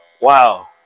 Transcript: Wow